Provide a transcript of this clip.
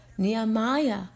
Nehemiah